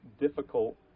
difficult